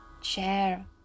chair